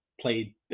played